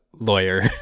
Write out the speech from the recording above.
lawyer